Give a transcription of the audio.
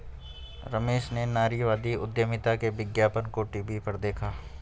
रमेश ने नारीवादी उधमिता के विज्ञापन को टीवी पर देखा